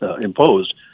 imposed